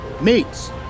Meats